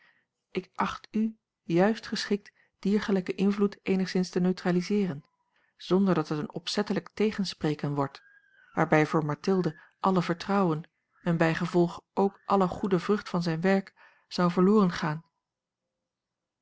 ik acht u juist geschikt diergelijken invloed eenigszins te neutraliseeren zonder dat het een opzettelijk tegenspreken wordt waarbij voor mathilde alle vertrouwen en bijgevolg ook alle goede vrucht van zijn werk zou verloren gaan